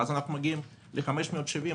ואז אנחנו מגיעים ל-570 שקל.